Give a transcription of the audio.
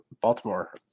Baltimore